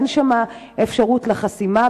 אין שם אפשרות לחסימה,